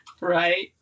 right